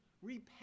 Repent